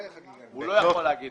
הוא לא יכול להגיד לך.